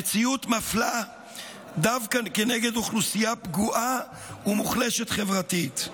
מציאות מפלה דווקא כנגד אוכלוסייה פגועה ומוחלשת חברתית.